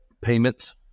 payments